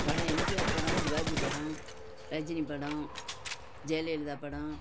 படம் எம்ஜிஆர் படம் சிவாஜி படம் ரஜினி படம் ஜெயலலிதா படம்